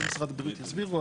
משרד הבריאות יסבירו,